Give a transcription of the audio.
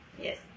Yes